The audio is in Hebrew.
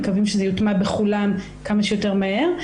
ומקווים שזה יוטמע בכולם כמה שיותר מהר,